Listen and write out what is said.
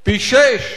פי-שישה.